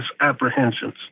apprehensions